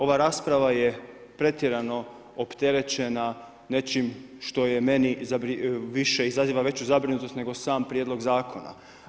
Ova rasprava je pretjerano opterećena nečim što je meni više izaziva veću zabrinutost nego sam Prijedlog zakona.